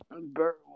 bird